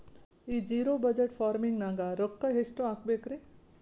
ಈ zero budget farming ನಾಗ್ ರೊಕ್ಕ ಎಷ್ಟು ಹಾಕಬೇಕರಿ?